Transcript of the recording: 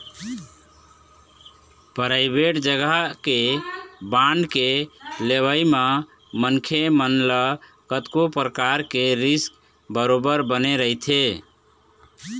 private जघा के bond के लेवई म मनखे मन ल कतको परकार के रिस्क बरोबर बने रहिथे